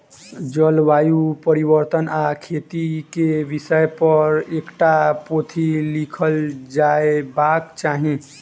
जलवायु परिवर्तन आ खेती के विषय पर एकटा पोथी लिखल जयबाक चाही